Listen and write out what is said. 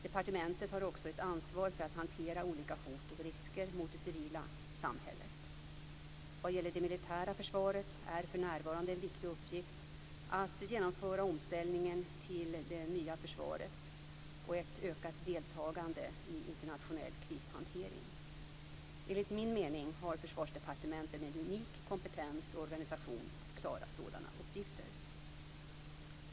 Departementet har också ett ansvar för att hantera olika hot och risker mot det civila samhället. Vad gäller det militära försvaret är för närvarande en viktig uppgift att genomföra omställningen till det nya försvaret och ett ökat deltagande i internationell krishantering. Enligt min mening har Försvarsdepartementet en unik kompetens och organisation att klara sådana uppgifter.